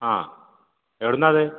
ആ എവിടുന്നാത്